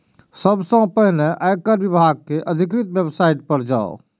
सबसं पहिने आयकर विभाग के अधिकृत वेबसाइट पर जाउ